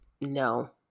no